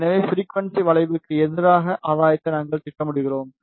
எனவே ஃபிரிக்குவன்சி வளைவுக்கு எதிராக ஆதாயத்தை நாங்கள் திட்டமிடுகிறோம்